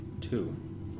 Two